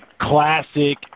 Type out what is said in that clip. classic